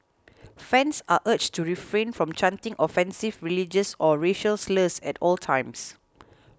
fans are urged to refrain from chanting offensive religious or racial slurs at all times